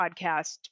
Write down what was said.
podcast